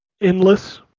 endless